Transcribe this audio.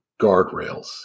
guardrails